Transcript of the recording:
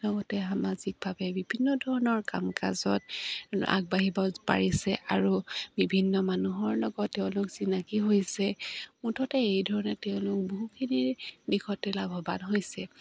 লগতে সামাজিকভাৱে বিভিন্ন ধৰণৰ কাম কাজত আগবাঢ়িব পাৰিছে আৰু বিভিন্ন মানুহৰ লগত তেওঁলোক চিনাকি হৈছে মুঠতে এইধৰণে তেওঁলোক বহুখিনিৰ দিশতে লাভৱান হৈছে